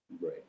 right